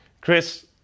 Chris